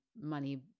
money